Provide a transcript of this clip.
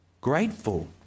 grateful